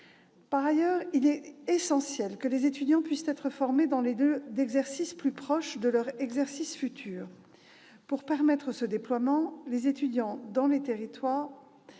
Par ailleurs, il est essentiel que les étudiants puissent être formés dans des lieux d'exercice plus proches de leur exercice futur. Pour permettre ce déploiement des étudiants dans les territoires,